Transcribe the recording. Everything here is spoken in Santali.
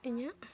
ᱤᱧᱟᱹᱜ